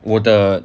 我的